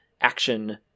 action